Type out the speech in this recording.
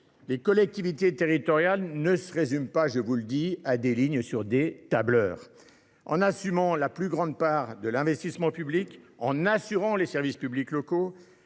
Les collectivités territoriales ne se résument pas, je vous le dis, à des lignes sur des tableurs ! En assumant la plus grande part de l’investissement public, en assurant les services publics locaux,